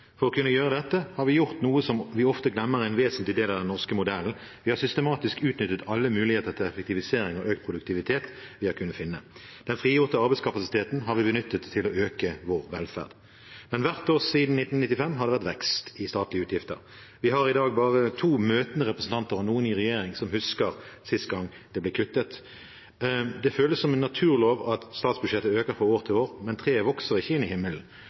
For å kunne gjøre dette har vi gjort noe som vi ofte glemmer er en vesentlig del av den norske modellen: Vi har systematisk utnyttet alle muligheter til effektivisering og økt produktivitet vi har kunnet finne. Den frigjorte arbeidskapasiteten har vi benyttet til å øke vår velferd. Men hvert år siden 1995 har det vært vekst i statlige utgifter. Vi har i dag bare to møtende representanter og noen i regjering som husker sist gang det ble kuttet. Det føles som en naturlov at statsbudsjettet øker fra år til år, men treet vokser ikke inn i himmelen.